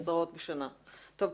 טוב.